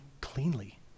cleanly